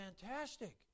fantastic